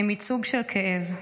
הם ייצוג של כאב,